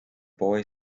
boy